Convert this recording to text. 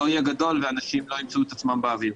יהיה גדול והאנשים לא ימצאו את עצמם באוויר.